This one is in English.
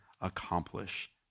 accomplish